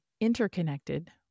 interconnected